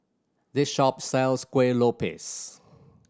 this shop sells Kueh Lopes